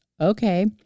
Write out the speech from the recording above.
okay